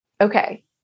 Okay